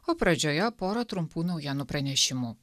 o pradžioje pora trumpų naujienų pranešimų